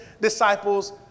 disciples